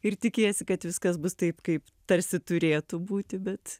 ir tikiesi kad viskas bus taip kaip tarsi turėtų būti bet